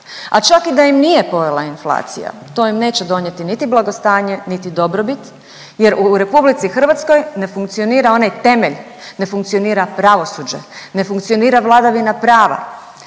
a čak i da im nije pojela inflacija to im neće donijeti niti blagostanje niti dobrobit jer u RH ne funkcionira onaj temelj, ne funkcionira pravosuđe, ne funkcionira vladavina prava.